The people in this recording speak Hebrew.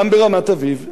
גם ברמת-אביב,